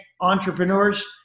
entrepreneurs